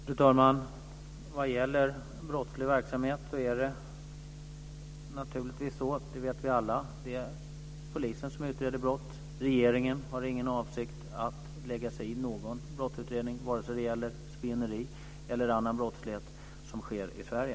Fru talman! Vad gäller brottslig verksamhet är det så - det vet vi alla - att det är polisen som utreder. Regeringen har ingen avsikt att lägga sig i någon brottsutredning, oavsett om det gäller spioneri eller annan brottslighet som sker i Sverige.